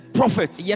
prophets